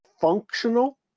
functional